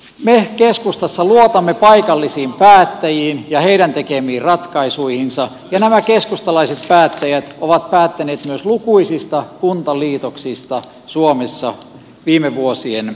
me keskustassa luotamme paikallisiin päättäjiin ja heidän tekemiinsä ratkaisuihin ja nämä keskustalaiset päättäjät ovat päättäneet myös lukuisista kuntaliitoksista suomessa viime vuosien aikana